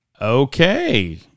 Okay